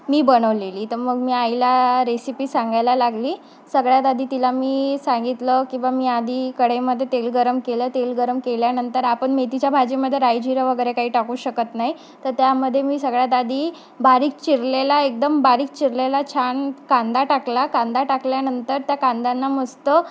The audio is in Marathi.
मी बनवलेली तर मग मी आईला रेसिपी सांगायला लागली सगळ्यात आधी तिला मी सांगितलं की बा मी आधी कढईमध्ये तेल गरम केलं तेल गरम केल्यानंतर आपण मेथीच्या भाजीमध्ये राई जिरं वगैरे काही टाकू शकत नाही तर त्यामध्ये मी सगळ्यात आधी बारीक चिरलेला एकदम बारीक चिरलेला छान कांदा टाकला कांदा टाकल्यानंतर त्या कांद्यांना मस्त